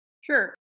Sure